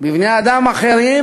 בבני-אדם אחרים,